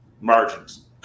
margins